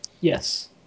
Yes